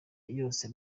yose